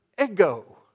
ego